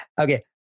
Okay